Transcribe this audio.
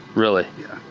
really? yeah.